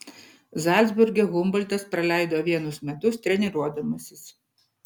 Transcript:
zalcburge humboltas praleido vienus metus treniruodamasis